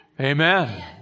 amen